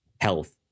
health